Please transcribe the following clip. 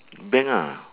bank ah